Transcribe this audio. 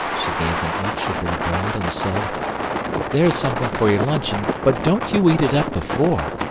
she gave them each a bit of bread and said there's something for your luncheon, but don't you eat it up before,